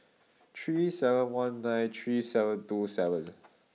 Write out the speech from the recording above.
three seven one nine three seven two seven